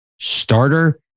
starter